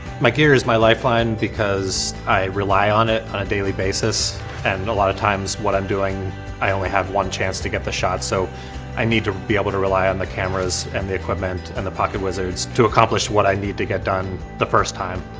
my gear is my lifeline because i rely on it on a daily basis and a lot of times what i'm doing i only have one chance to get the shot so i need to be able to rely on the cameras and the equipment and the pocketwizards to accomplish what i need to get done the first time.